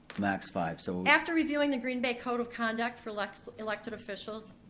max five, so after reviewing the green bay code of conduct for elected elected officials,